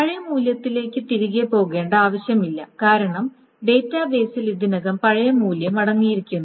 പഴയ മൂല്യത്തിലേക്ക് തിരികെ പോകേണ്ട ആവശ്യമില്ല കാരണം ഡാറ്റാബേസിൽ ഇതിനകം പഴയ മൂല്യം അടങ്ങിയിരിക്കുന്നു